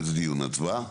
איזה דיון הצבעה?